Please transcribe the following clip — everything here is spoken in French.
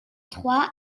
trois